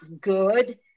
good